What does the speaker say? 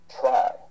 try